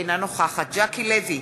אינה נוכחת ז'קי לוי,